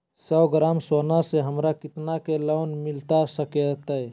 सौ ग्राम सोना से हमरा कितना के लोन मिलता सकतैय?